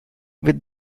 with